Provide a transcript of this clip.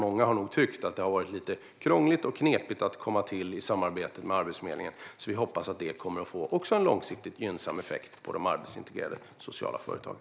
Många har nog tyckt att det har varit lite krångligt och knepigt att komma till i samarbetet med Arbetsförmedlingen. Vi hoppas att även detta kommer att få en långsiktigt gynnsam effekt på de arbetsintegrerande sociala företagen.